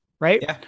right